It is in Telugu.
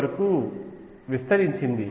వరకు విస్తరించింది